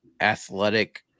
athletic